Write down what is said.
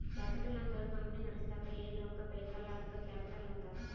capital ಅಂದುರ್ company ನಡುಸ್ಲಕ್ ಏನ್ ರೊಕ್ಕಾ ಬೇಕಲ್ಲ ಅದ್ದುಕ ಕ್ಯಾಪಿಟಲ್ ಅಂತಾರ್